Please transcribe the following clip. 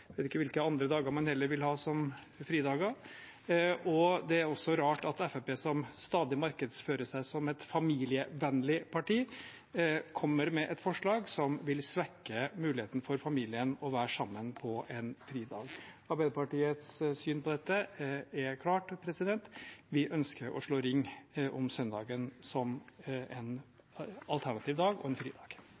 vet ikke hvilke andre dager man heller ville ha som fridager. Det er også rart at Fremskrittspartiet, som stadig markedsfører seg som et familievennlig parti, kommer med et forslag som vil svekke muligheten for familien til å være sammen på en fridag. Arbeiderpartiets syn på dette er klart. Vi ønsker å slå ring om søndagen som en alternativ dag og en fridag.